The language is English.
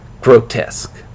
Grotesque